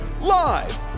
live